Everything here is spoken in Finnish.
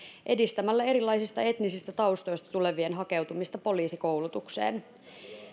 edistämällä erilaisista etnisistä taustoista tulevien hakeutumista poliisikoulutukseen